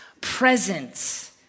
presence